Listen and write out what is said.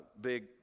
big